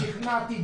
שכנעתי,